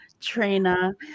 trainer